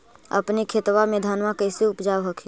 अपने खेतबा मे धन्मा के कैसे उपजाब हखिन?